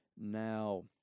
Now